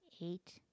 eight